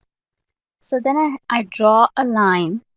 so then ah i draw a line,